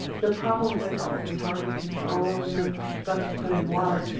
the problem with all the tartar control and the stuff you put in water,